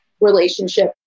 relationship